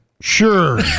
Sure